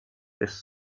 his